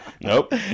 Nope